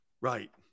Right